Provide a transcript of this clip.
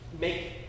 make